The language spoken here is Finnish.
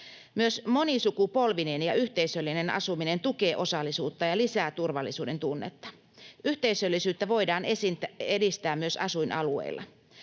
Myös monisukupolvinen ja yhteisöllinen asuminen tukee osallisuutta ja lisää turvallisuudentunnetta. Yhteisöllisyyttä voidaan edistää myös asuinalueilla.